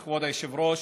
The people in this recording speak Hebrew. כבוד היושב-ראש,